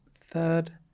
Third